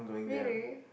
really